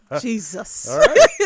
Jesus